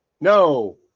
No